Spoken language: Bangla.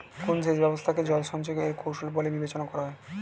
কোন সেচ ব্যবস্থা কে জল সঞ্চয় এর কৌশল বলে বিবেচনা করা হয়?